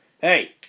hey